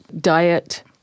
diet